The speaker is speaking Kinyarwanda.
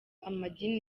amadini